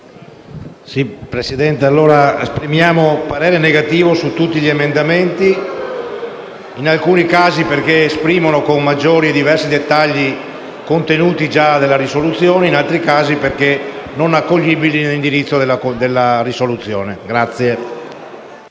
*relatore*. Esprimo parere contrario su tutti gli emendamenti, in alcuni casi perché esprimono con maggiori e diversi dettagli contenuti già della risoluzione, e in altri casi perché non accoglibili nell'indirizzo della risoluzione.